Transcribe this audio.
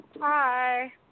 Hi